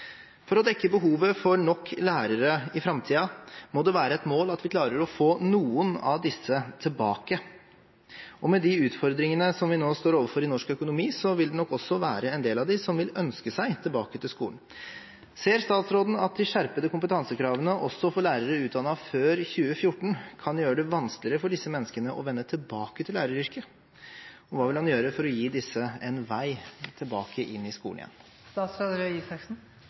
For å dekke behovet for nok lærere i framtiden må det være et mål at vi klarer å få noen av disse tilbake. Med de utfordringene som vi nå står overfor i norsk økonomi, vil det nok også være en del av dem som vil ønske seg tilbake til skolen. Ser statsråden at de skjerpede kompetansekravene, også for lærere utdannet før 2014, kan gjøre det vanskeligere for disse menneskene å vende tilbake til læreryrket, og hva vil han gjøre det for å gi disse en vei tilbake i skolen igjen?